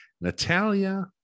natalia